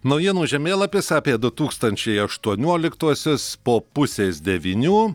naujienų žemėlapis apie du tūkstančiai aštuonioliktuosius po pusės devynių